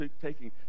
taking